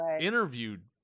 interviewed